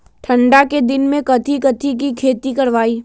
ठंडा के दिन में कथी कथी की खेती करवाई?